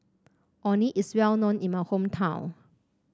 Orh Nee is well known in my hometown